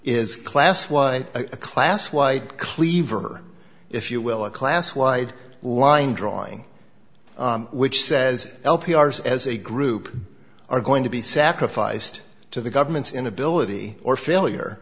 is class what a class wide cleaver if you will a class wide line drawing which says l p r's as a group are going to be sacrificed to the government's inability or failure